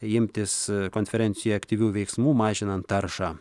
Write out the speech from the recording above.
imtis konferencijoje aktyvių veiksmų mažinant taršą